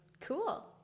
Cool